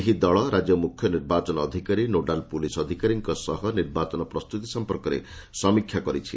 ଏହି ଦଳ ରାଜ୍ୟ ମୁଖ୍ୟ ନିର୍ବାଚନ ଅଧିକାରୀ ଓ ନୋଡାଲ ପୁଲିସ ଅଧିକାରୀ ମାନଙ୍କ ସହ ନିର୍ବାଚନ ପ୍ରସ୍ତୁତି ସମ୍ପର୍କରେ ସମୀକ୍ଷା କରିଛି